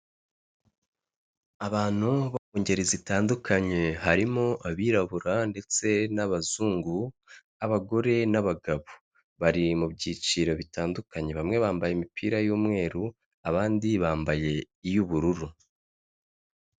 Abantu bo mu ngeri zitandukanye harimo abirabura ndetse n'abazungu, abagore n'abagabo bari mu byiciro bitandukanye, bamwe bambaye imipira y'umweru abandi bambaye iy'ubururu.